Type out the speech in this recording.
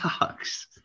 dogs